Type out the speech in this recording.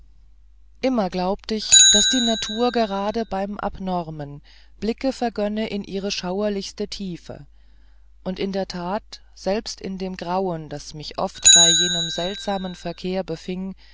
immer glaubt ich daß die natur gerade beim abnormen blicke vergönne in ihre schauerlichste tiefe und in der tat selbst in dem grauen das mich oft bei jenem seltsamen verkehr befing